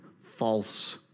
false